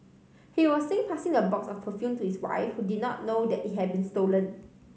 he was seen passing the box of perfume to his wife who did not know that it had been stolen